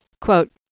Quote